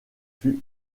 fut